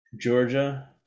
Georgia